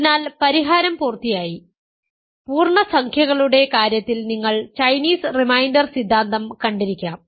അതിനാൽ പരിഹാരം പൂർത്തിയായി പൂർണ്ണസംഖ്യകളുടെ കാര്യത്തിൽ നിങ്ങൾ ചൈനീസ് റിമൈൻഡർ സിദ്ധാന്തം കണ്ടിരിക്കാം